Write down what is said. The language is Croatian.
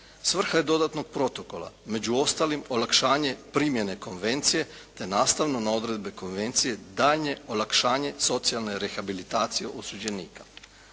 Svrha je dodatnog protokola među ostalim olakšanje primjene konvencije te nastavno na odredbe konvencije daljnje olakšanje socijalne rehabilitacije osuđenika.